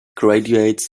graduates